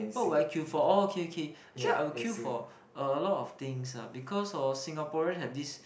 what would I queue for orh okay okay actually I would queue for a lot of things ah because hor Singaporeans have this